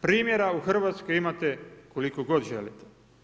Primjera u Hrvatskoj imate koliko god želite.